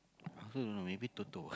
I also don't know maybe Toto ah